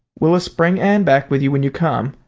willis, bring anne back with you when you come.